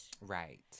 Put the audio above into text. Right